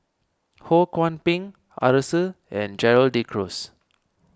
Ho Kwon Ping Arasu and Gerald De Cruz